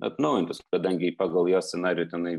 atnaujintos kadangi pagal jo scenarijų tenai